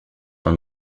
dans